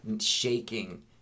shaking